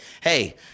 hey